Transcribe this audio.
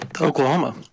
Oklahoma